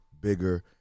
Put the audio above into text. bigger